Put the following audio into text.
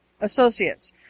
associates